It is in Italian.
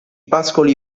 pascoli